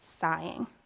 sighing